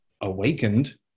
awakened